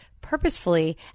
purposefully